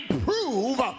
prove